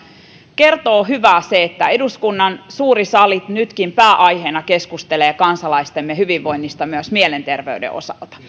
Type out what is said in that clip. kertoo hyvää se että eduskunnan suuri sali nytkin pääaiheenaan keskustelee kansalaistemme hyvinvoinnista myös mielenterveyden osalta